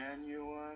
genuine